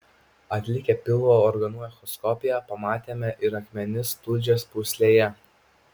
atlikę pilvo organų echoskopiją pamatėme ir akmenis tulžies pūslėje